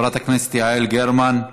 חברת הכנסת יעל גרמן,